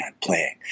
playing